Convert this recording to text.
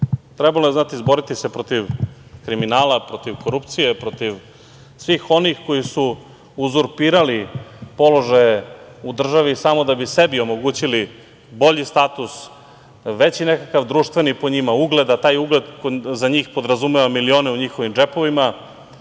Trebalo je znati izboriti se protiv kriminala, protiv korupcije, protiv svih onih koji su uzurpirali položaje u državi samo da bi sebi omogućili bolji status, veći nekakav po njima društveni ugled, a taj ugled za njih podrazumeva milione u njihovim džepovima.